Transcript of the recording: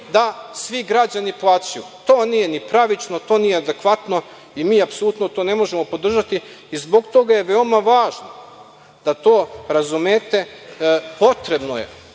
da svi građani plaćaju. To nije ni pravično, to nije adekvatno i mi apsolutno to ne možemo podržati. Zbog toga je veoma važno da to razumete. Neki su